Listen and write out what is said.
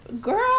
girl